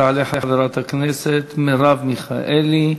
תעלה חברת הכנסת מרב מיכאלי,